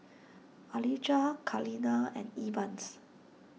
Alijah Kaleena and Evans